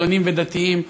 חילונים ודתיים,